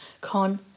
Con